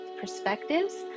perspectives